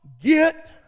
get